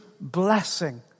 blessing